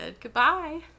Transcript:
goodbye